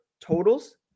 totals